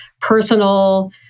personal